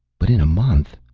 but in a month,